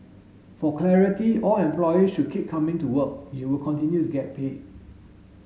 for clarity all employees should keep coming to work you will continue to get paid